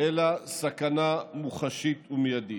אלא סכנה מוחשית ומיידית.